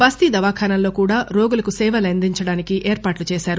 బస్తీ దవాఖానాల్లో కూడా రోగులకు సేవలందించడానికి ఏర్పాట్లు చేశారు